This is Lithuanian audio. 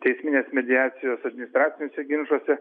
teisminės mediacijos administraciniuose ginčuose